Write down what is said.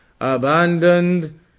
Abandoned